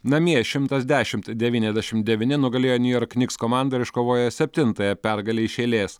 namie šimtas dešimt devyniasdešim devyni nugalėjo niujork niks komandą ir iškovojo septintąją pergalę iš eilės